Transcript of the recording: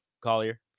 Collier